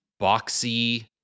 boxy